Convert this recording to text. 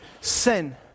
sin